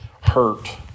hurt